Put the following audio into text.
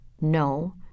no